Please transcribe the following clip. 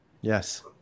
Yes